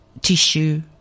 tissue